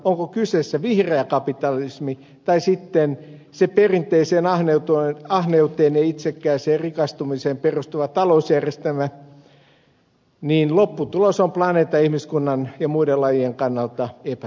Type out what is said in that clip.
onpa kyseessä vihreä kapitalismi tai sitten se perinteiseen ahneuteen ja itsekkääseen rikastumiseen perustuva talousjärjestelmä niin lopputulos on planeetan ja ihmiskunnan ja muiden lajien kannalta epätoivottava